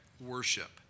Worship